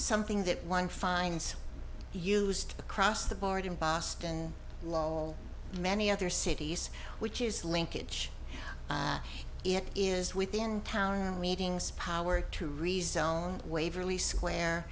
something that one finds used across the board in boston law and many other cities which is linkage it is within town meetings power to rezone waverly square